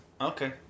Okay